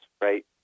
right